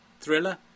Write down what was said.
Thriller